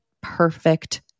perfect